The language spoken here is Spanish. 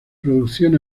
producción